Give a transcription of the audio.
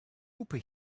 lupe